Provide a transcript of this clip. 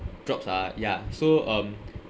jobs are ya so um